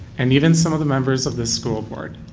and even some of the members of this school board.